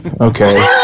okay